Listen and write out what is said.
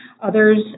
Others